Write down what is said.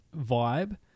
vibe